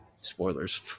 Spoilers